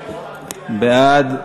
11 בעד,